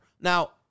Now